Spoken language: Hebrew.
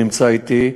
שנמצא אתי,